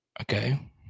Okay